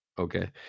okay